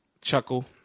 chuckle